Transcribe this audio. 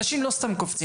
אנשים לא סתם קופצים.